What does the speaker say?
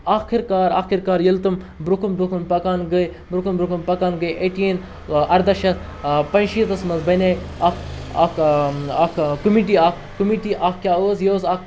آخر کار آخر کار ییٚلہِ تم برونٛہہ کُن برونٛہہ کُن پَکان گٔے برونٛہہ کُن برونٛہہ کُن پَکان گٔے ایٹیٖن اَرداہ شیٚتھ پانٛژھ شیٖتَس منٛز بَنے اَکھ اَکھ اَکھ کٔمیٖٹی اَکھ کٔمیٖٹی اَکھ کیٛاہ ٲس یہِ ٲس